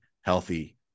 healthy